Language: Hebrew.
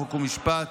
חוק ומשפט,